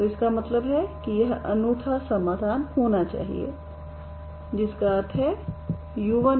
तो इसका मतलब है कि यह अनूठा समाधान होना चाहिए जिसका अर्थ है u1xt u2xt